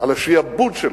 על השעבוד שלהן,